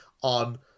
on